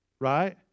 right